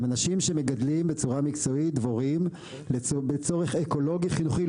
הם אנשים שמגדלים בצורה מקצועית דבורים לצורך אקולוגי חינוכי.